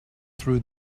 threw